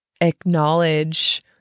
acknowledge